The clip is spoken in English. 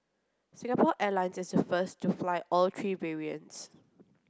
Singapore Airlines is the first to fly all three variants